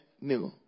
new